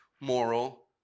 moral